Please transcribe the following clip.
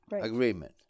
agreement